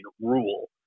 rule